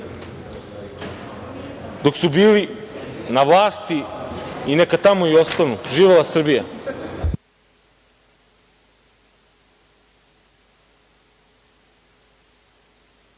dok su bili na vlasti i neka tamo i ostanu. Živela Srbija!